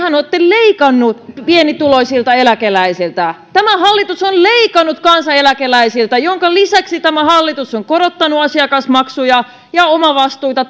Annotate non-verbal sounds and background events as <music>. olette leikanneet pienituloisilta eläkeläisiltä tämä hallitus on leikannut kansaneläkeläisiltä minkä lisäksi tämä hallitus on korottanut asiakasmaksuja ja omavastuita <unintelligible>